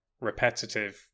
repetitive